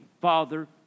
Father